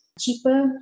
cheaper